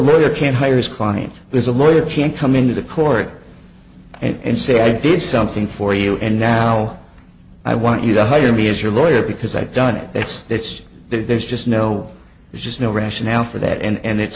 lawyer can't hire is client there's a lawyer can come into the court and say i did something for you and now i want you to hire me as your lawyer because i've done it that's it's there's just no there's just no rationale for that and